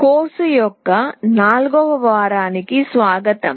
course యొక్క 4 వ వారానికి స్వాగతం